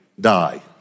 die